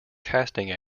casting